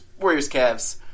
Warriors-Cavs